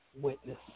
witness